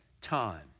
time